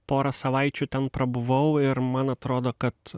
porą savaičių ten prabuvau ir man atrodo kad